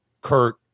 kurt